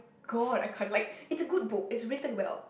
god I can't like it's a good book it's written well